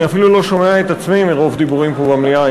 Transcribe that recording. אני אפילו לא שומע את עצמי מרוב דיבורים פה במליאה,